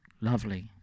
Lovely